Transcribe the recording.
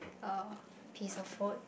uh piece of food